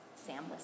Sam